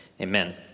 amen